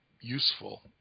useful